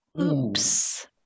oops